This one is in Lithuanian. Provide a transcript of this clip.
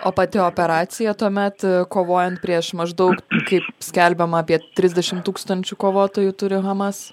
o pati operacija tuomet kovojant prieš maždaug kaip skelbiama apie trisdešim tūkstančių kovotojų turi hamas